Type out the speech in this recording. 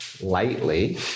lightly